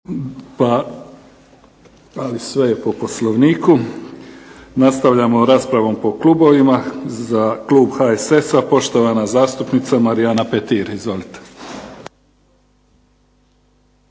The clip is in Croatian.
pa sve je po Poslovniku. Nastavljamo raspravom po klubovima. Za klub HSS-a poštovana zastupnica Marijana Petir. Izvolite.